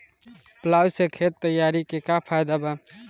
Plough से खेत तैयारी के का फायदा बा?